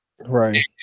Right